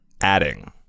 adding